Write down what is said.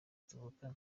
tuvukana